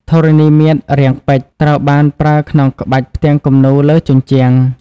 ធរណីមាត្ររាងពេជ្រ ត្រូវបានប្រើក្នុងក្បាច់ផ្ទាំងគំនូរលើជញ្ជាំង។